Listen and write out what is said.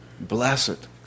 Blessed